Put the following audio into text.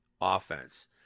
offense